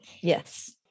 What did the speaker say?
Yes